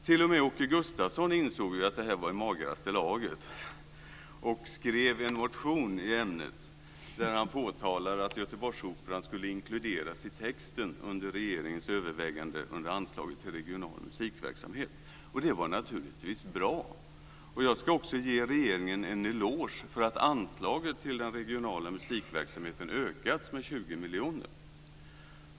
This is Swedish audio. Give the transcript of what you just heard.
T.o.m. Åke Gustavsson insåg att det här var i magraste laget och skrev en motion i ämnet där han påtalade att Göteborgsoperan skulle inkluderas i texten under regeringens övervägande under anslaget till regional musikverksamhet, och det var naturligtvis bra. Jag ska också ge regeringen en eloge för att anslaget till den regionala musikverksamheten ökats med 20 miljoner.